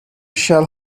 shall